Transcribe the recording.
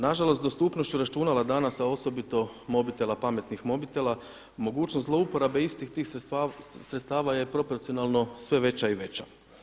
Na žalost dostupnošću računala danas, a osobito mobitela, pametnih mobitela mogućnost zlouporabe istih tih sredstava je proporcionalno sve veća i veća.